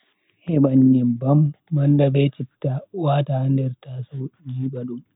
Heban nyebbam, manda be citta wata ha nder tasaw jiba dum.